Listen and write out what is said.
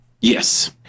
Yes